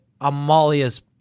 Amalia's